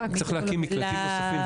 צריך להקים מקלטים נוספים,